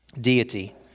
deity